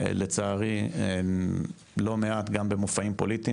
לצערי לא מעט גם במופעים פוליטיים